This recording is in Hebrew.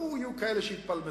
ברור, יהיו כאלה שיתפלמסו,